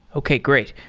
okay. great.